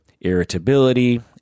irritability